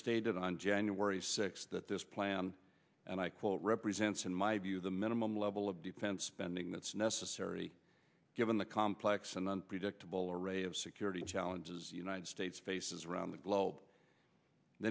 stated on january sixth that this plan and i quote represents in my view the minimum level of defense spending that's necessary given the complex and unpredictable array of security challenges united states faces around the globe